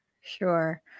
sure